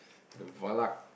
the Valak